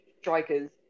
strikers